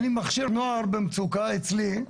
אני מכשיר נוער במצוקה אצלי,